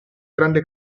grande